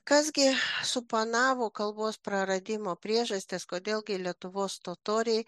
kas gi suponavo kalbos praradimo priežastis kodėl gi lietuvos totoriai